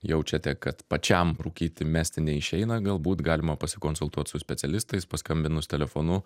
jaučiate kad pačiam rūkyti mesti neišeina galbūt galima pasikonsultuot su specialistais paskambinus telefonu